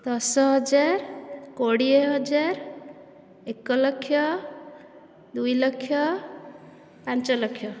ଦଶ ହଜାର କୋଡ଼ିଏ ହଜାର ଏକ ଲକ୍ଷ ଦୁଇ ଲକ୍ଷ ପାଞ୍ଚ ଲକ୍ଷ